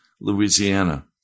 Louisiana